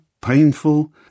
painful